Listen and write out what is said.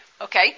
Okay